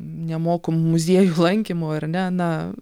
nemokamų muziejų lankymų ar ne na